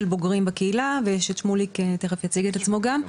בוגרים בקהילה ושמוליק תכף יציג את עצמו גם.